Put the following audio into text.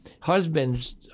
husbands